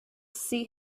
see